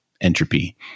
entropy